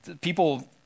People